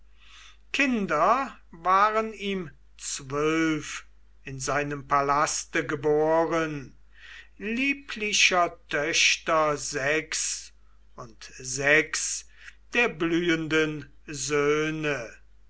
kinder waren ihm zwölf in seinem palaste geboren lieblicher töchter sechs und sechs der blühenden söhne